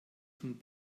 von